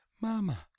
mama